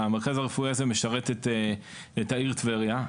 המרכז הרפואי הזה משרת את העיר טבריה,